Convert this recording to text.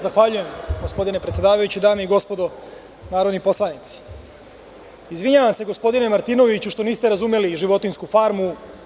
Zahvaljujem gospodine predsedavajući, dame i gospodo narodni poslanici, izvinjavam se gospodine Martinoviću što niste razumeli „Životinjsku farmu“